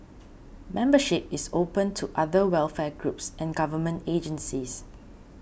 membership is open to other welfare groups and government agencies